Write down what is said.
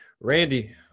Randy